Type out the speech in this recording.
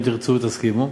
אם תרצו ותסכימו.